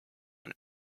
and